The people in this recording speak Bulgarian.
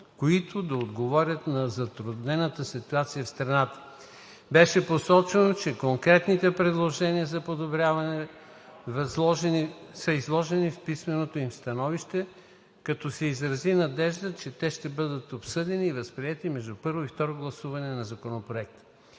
които да отговорят на затруднената ситуация в страната. Беше посочено, че конкретните предложения са подробно изложени в писменото им становище, като се изрази надежда, че те ще бъдат обсъдени и възприети между първо и второ гласуване на Законопроекта.